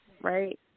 right